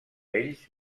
ells